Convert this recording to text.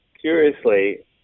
Curiously